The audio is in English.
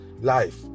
life